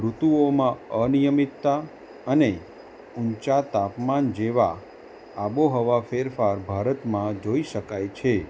ઋતુઓમાં અનિયમિતતા અને ઊંચા તાપમાન જેવા આબોહવા ફેરફાર ભારતમાં જોઈ શકાય છે